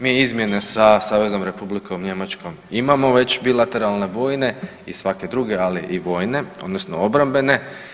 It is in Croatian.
Mi izmjene sa Saveznom Republikom Njemačkom imamo već bilateralne vojne i svake druge, ali i vojne odnosno obrambene.